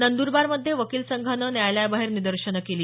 नंदरबारमध्ये वकील संघानं न्यायालयाबाहेर निदर्शनं केली